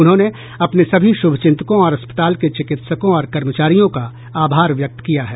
उन्होंने अपने सभी शुभचिंतकों और अस्पताल के चिकित्सकों और कर्मचारियों का आभार व्यक्त किया है